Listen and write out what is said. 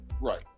Right